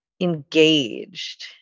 engaged